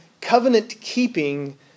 covenant-keeping